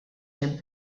hemm